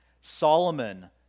Solomon